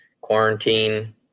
quarantine